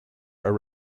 are